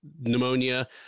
pneumonia